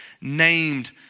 named